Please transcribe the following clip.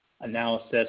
analysis